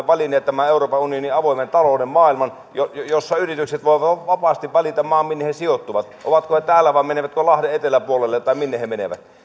valinneet tämän euroopan unionin avoimen talouden maailman jossa yritykset voivat vapaasti valita maan minne he sijoittuvat ovatko yritykset täällä vai menevätkö lahden eteläpuolelle tai minne ne menevät